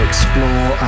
explore